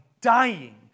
dying